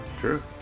true